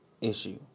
issue